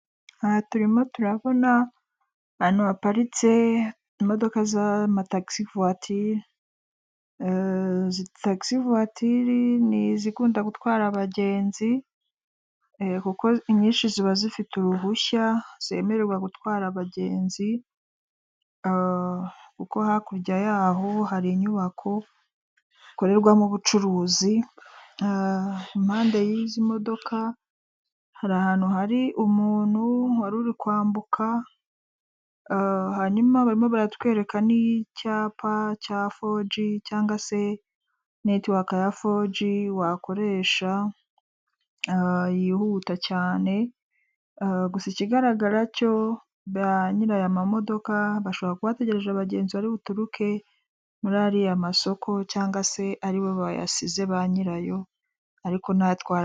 Aha turimo turabona ahantu haparitse imodoka z'amatagisi vuwatiri. Tagise vuwatiri ni izikunda gutwara abagenzi, kuko inyinshi ziba zifite uruhushya zemererwa gutwara abagenzi, kuko hakurya yaho hari inyubako zikorerwamo ubucuruzi, impande y'izi modoka hari ahantu hari umuntu waruri kwambuka, hanyuma barimo baratwereka n'icyapa cya foji cyangwa se netiwaka ya foji wakoresha yihuta cyane, gusa ikigaragara cyo ba nyiri aya mamodoka bashobora kuba bategereje abagenzi bari buturuke muri ariya masoko cyangwa se aribo bayasize ba nyirayo ariko natwara